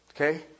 Okay